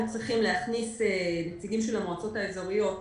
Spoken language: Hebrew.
היו צריכים להכניס נציגים של המועצות האזוריות,